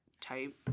type